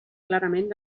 clarament